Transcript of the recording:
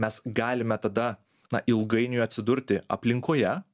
mes galime tada na ilgainiui atsidurti aplinkoje